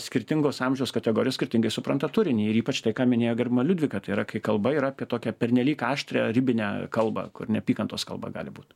skirtingos amžiaus kategorijos skirtingai supranta turinį ir ypač tai ką minėjo gerbiama liudvika tai yra kai kalba yra kai tokia pernelyg aštrią ribinę kalbą kur neapykantos kalba gali būt